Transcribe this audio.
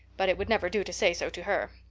but it would never do to say so to her.